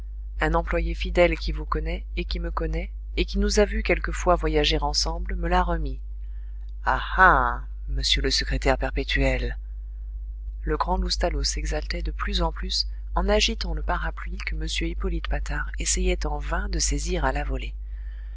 un employé fidèle qui vous connaît et qui me connaît et qui nous a vus quelquefois voyager ensemble me l'a remis ah ah monsieur le secrétaire perpétuel le grand loustalot s'exaltait de plus en plus en agitant le parapluie que m hippolyte patard essayait en vain de saisir à la volée